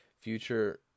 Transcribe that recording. Future